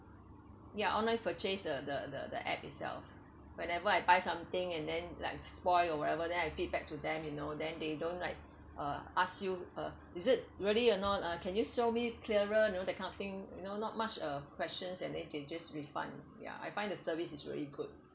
ya online purchase the the the the app itself whenever I buy something and then like spoil or whatever then I feedback to them you know then they don't like uh ask you uh is it really or not can you show me clearer you know that kind of thing you know not much uh questions and then they just refund ya I find the service is really good